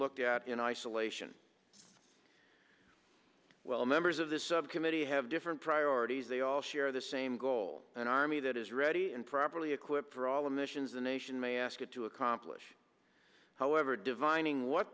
looked at in isolation well members of the subcommittee have different priorities they all share the same goal an army that is ready and properly equipped for all the missions the nation may ask it to accomplish however divine ing what